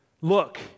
Look